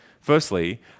firstly